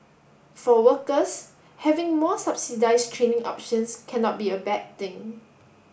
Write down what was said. for workers having more subsidise training options cannot be a bad thing